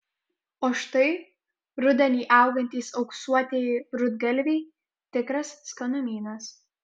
o štai rudenį augantys auksuotieji rudgalviai tikras skanumynas